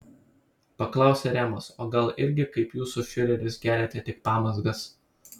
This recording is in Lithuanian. paklausė remas o gal irgi kaip jūsų fiureris geriate tik pamazgas